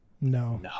No